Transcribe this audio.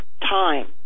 time